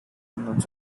units